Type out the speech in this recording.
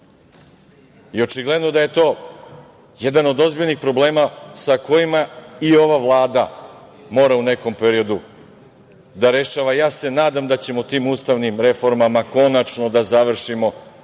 Očigledno da je to jedan od ozbiljnih problema sa kojima i ova Vlada mora u nekom periodu da rešava. Ja se nadam da ćemo tim ustavnim reformama konačno da završimo